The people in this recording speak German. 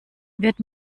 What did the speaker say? wird